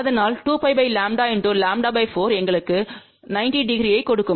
அதனால் 2π λ × λ 4 எங்களுக்கு 900கொடுக்கும்